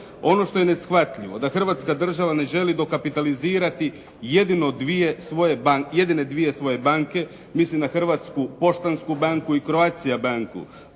Ono što je neshvatljivo da Hrvatska država ne želi dokapitalizirati jedino dvije svoje, jedine dvije svoje banke. Mislim na Hrvatsku poštansku banku i Croatia banku.